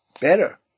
better